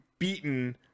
beaten